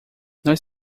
nós